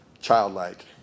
childlike